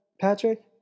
Patrick